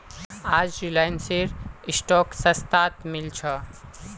आज रिलायंसेर स्टॉक सस्तात मिल छ